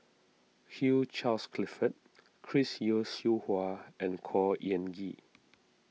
Hugh Charles Clifford Chris Yeo Siew Hua and Khor Ean Ghee